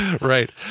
Right